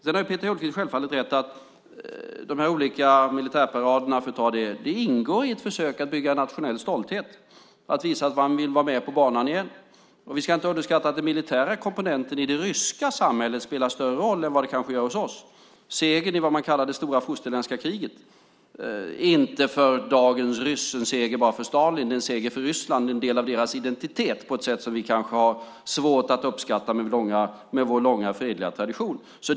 Peter Hultqvist har självfallet rätt i att de olika militärparaderna - för att ta det exemplet - ingår i ett försök att bygga en nationell stolthet och att visa att man vill vara med på banan igen. Vi ska inte underskatta att den militära komponenten i det ryska samhället spelar en större roll än den kanske gör hos oss. Segern i vad man kallar för det stora fosterländska kriget är för dagens ryss en seger inte bara för Stalin utan också för Ryssland och en del av deras identitet på ett sätt som vi med vår långa fredliga tradition kanske har svårt att uppskatta.